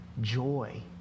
joy